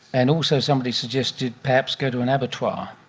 and also somebody suggested perhaps go to an abattoir?